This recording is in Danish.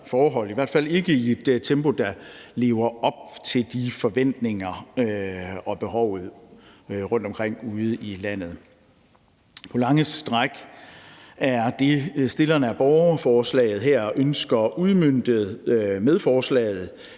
i hvert fald ikke i et tempo, der lever op til de forventninger og det behov, der er rundtomkring ude i landet. På lange stræk er det, stillerne af borgerforslaget her ønsker udmøntet med forslaget,